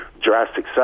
drastic